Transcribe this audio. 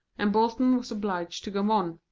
and bolton was obliged to go on.